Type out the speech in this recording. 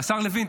השר לוין,